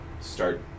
start